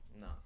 No